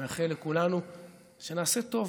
אני מאחל לכולנו שנעשה טוב